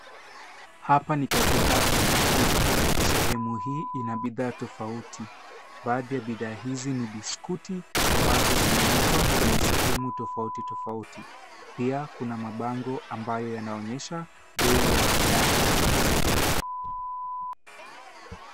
Hapa ni katika duka kuu sehemu hii ina bidhaa tofauti, baadhi ya bidhaa hizi ni biskuti ambazo zimewekwa kwenye sehemu tofauti tofauti pia kuna mabango ambayo yanaonyesha bei ya bidhaa hizi.